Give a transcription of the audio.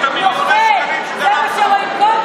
זה מה שרואים.